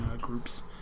groups